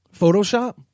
Photoshop